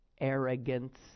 arrogance